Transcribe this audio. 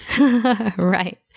Right